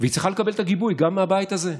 והיא צריכה לקבל את הגיבוי גם מהבית הזה,